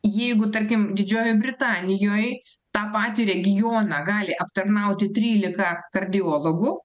jeigu tarkim didžiojoj britanijoj tą patį regioną gali aptarnauti trylika kardiologų